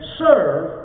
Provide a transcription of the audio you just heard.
serve